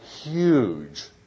huge